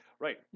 Right